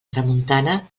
tramuntana